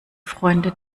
freunde